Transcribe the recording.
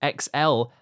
XL